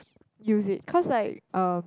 use it because like uh